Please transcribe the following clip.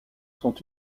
sont